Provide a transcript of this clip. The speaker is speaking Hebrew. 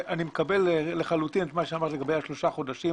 אני מקבל לחלוטין מה שאמרת לגבי השלושה חודשים,